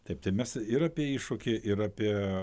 taip tai mes ir apie iššūkį ir apie